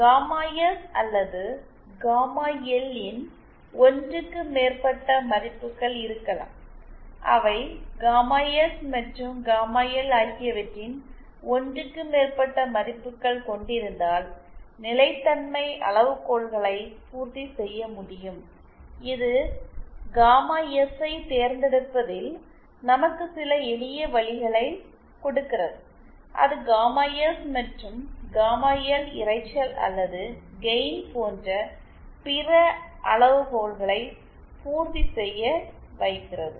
gamma S அல்லது gamma L ன் ஒன்றுக்கு மேற்பட்ட மதிப்புகள் இருக்கலாம் அவை காமா எஸ் மற்றும் காமா எல் ஆகியவற்றின் ஒன்றுக்கு மேற்பட்ட மதிப்புகள் கொண்டிருந்தால் நிலைத்தன்மை அளவுகோல்களை பூர்த்தி செய்ய முடியும் இது காமா எஸ்ஐ தேர்ந்தெடுப்பதில் நமக்கு சில எளியவழிகளை கொடுக்கிறது அது காமா எஸ் மற்றும் காமா எல் இரைச்சல் அல்லது கெயின் போன்ற பிற அளவுகோல்களை பூர்த்தி செய்ய வைக்கிறது